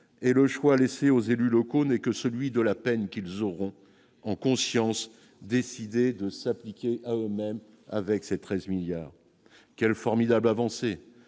et le choix laissé aux élus locaux n'est que celui de la peine qu'ils auront en conscience décider de s'appliquer à eux-mêmes, avec ses 13 milliards quel formidable avancée